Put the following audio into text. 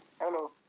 Hello